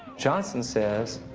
johnson says,